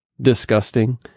disgusting